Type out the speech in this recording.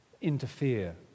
interfere